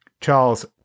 Charles